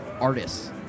artists